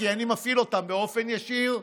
כי אני מפעיל אותן באופן ישיר.